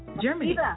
Germany